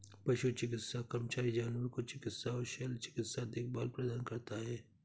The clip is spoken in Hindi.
पशु चिकित्सा कर्मचारी जानवरों को चिकित्सा और शल्य चिकित्सा देखभाल प्रदान करता है